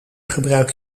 gebruik